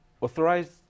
authorized